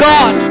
God